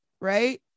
right